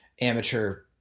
amateur